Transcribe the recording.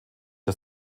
der